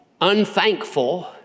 unthankful